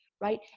right